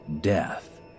Death